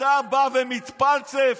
50 צמתים בכל הארץ סוגרים, ואתה בא ומתפלסף.